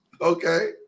Okay